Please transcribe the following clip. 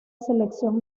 selección